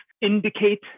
indicate